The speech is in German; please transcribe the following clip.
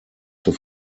zur